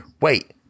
wait